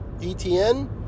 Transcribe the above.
ETN